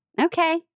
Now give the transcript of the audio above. Okay